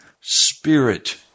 spirit